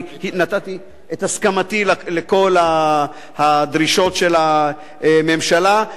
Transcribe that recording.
אני נתתי את הסכמתי לכל הדרישות של הממשלה,